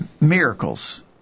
Miracles